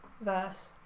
verse